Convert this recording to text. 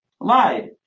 Lied